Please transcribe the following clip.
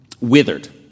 withered